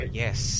yes